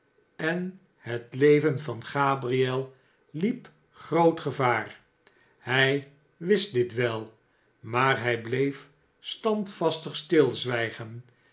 en het leven van gabriel hep groot gevaar hij wist dit wel maar hij bleef standvastig